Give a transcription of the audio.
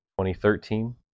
2013